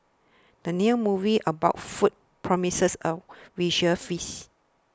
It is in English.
the new movie about food promises a visual feast